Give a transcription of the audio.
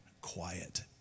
quiet